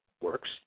works